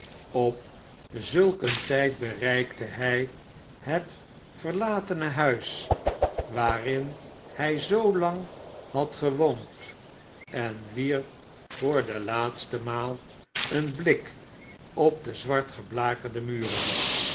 op zulk een tijd bereikte hij het verlatene huis waarin hij zoolang had gewoond en wierpvoor de laatste maal een blik op de zwart geblakerde muren